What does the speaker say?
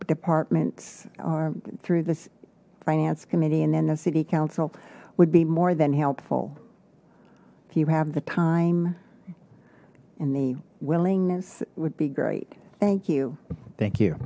departments or through this finance committee and then the city council would be more than helpful if you have the time and the willingness would be great thank you thank you